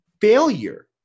Failure